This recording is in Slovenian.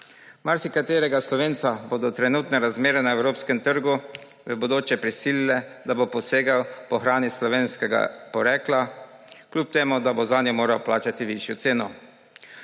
Marsikaterega Slovenca bodo trenutne razmere na evropskem trgu v bodoče prisilile, da bo posegal po hrani slovenskega porekla, kljub temu da bo zanjo moral plačati višjo ceno.